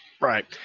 right